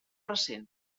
recent